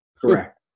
Correct